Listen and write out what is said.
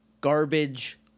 garbage